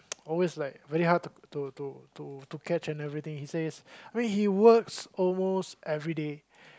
always like very hard to to to to catch and everything he says I mean he works almost everyday